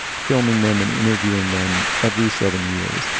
filming them and interviewing them every seven years.